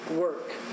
work